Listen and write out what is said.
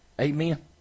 Amen